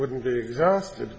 wouldn't be exhausted